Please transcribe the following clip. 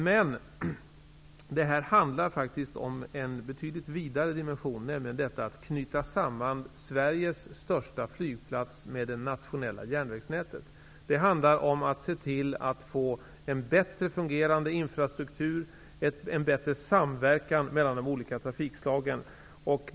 Men detta handlar faktiskt om en betydligt vidare dimension, nämligen att knyta samman Sveriges största flygplats med det nationella järnvägsnätet. Det handlar om att se till att få en bättre fungerande infrastruktur, en bättre samverkan mellan de olika trafikslagen.